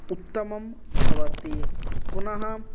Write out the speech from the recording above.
उत्तमं भवति पुनः